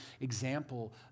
example